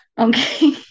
Okay